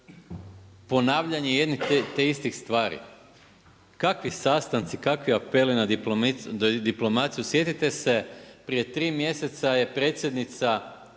ponavljanje jednih te istih stvari. Kakvi sastanci, kakvi apeli na diplomaciju? Sjetite se prije 3 mjeseca je predsjednica,